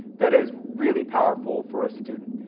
that is really powerful for a student.